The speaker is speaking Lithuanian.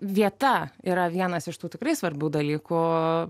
vieta yra vienas iš tų tikrai svarbių dalykų